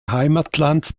heimatland